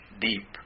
deep